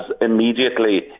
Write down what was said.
immediately